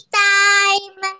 time